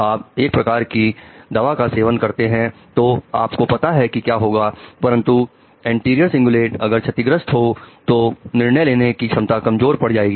आप एक प्रकार की दवाका सेवन करते हैं तो आपको पता है कि क्या होगा परंतु एंटीरियर सिंगुलेट अगर छतिग्रस्त हो तो निर्णय लेने की क्षमता कमजोर पड़ जाएगी